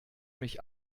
mich